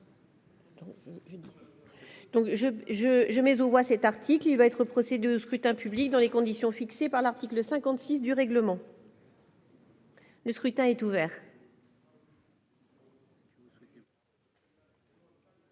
la parole ?... Il va être procédé au scrutin public dans les conditions fixées par l'article 56 du règlement. Le scrutin est ouvert.